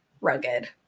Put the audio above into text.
rugged